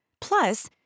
Plus